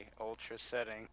ultra-setting